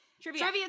Trivia